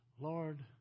Lord